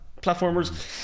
platformers